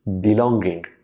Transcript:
belonging